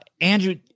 Andrew